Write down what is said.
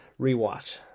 rewatch